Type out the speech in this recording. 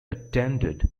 attended